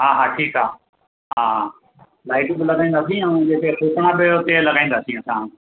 हा हा ठीकु आहे हा लाईटियूं बि लॻाईंदासीं ऐं जेके फूकणा बि हुते लॻाईंदासीं असां हा